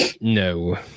No